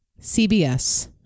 cbs